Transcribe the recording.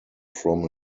from